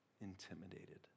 intimidated